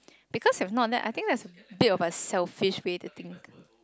because if not that I think that's a bit of a selfish way to think